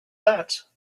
that